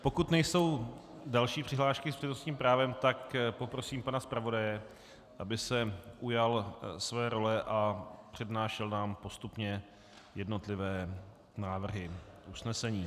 Pokud nejsou další přihlášky s přednostním právem, poprosím pana zpravodaje, aby se ujal své role a přednášel nám postupně jednotlivé návrhy usnesení.